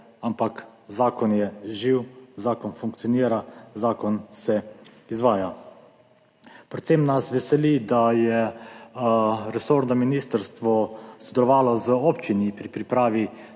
ampak zakon je živ, zakon funkcionira, zakon se izvaja. Predvsem nas veseli, da je resorno ministrstvo sodelovalo z občinami tako pri pripravi